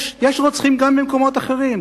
יש רוצחים גם במקומות אחרים.